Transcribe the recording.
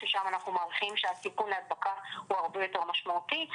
ששם אנחנו מעריכים שהסיכון להדבקה הוא הרבה יותר משמעותי.